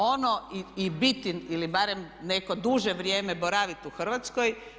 Ono i biti, ili barem neko duže vrijeme boraviti u Hrvatskoj.